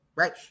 right